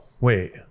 wait